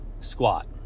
squat